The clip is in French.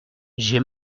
j’ai